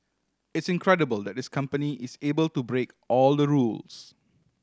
it's incredible that this company is able to break all the rules